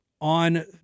on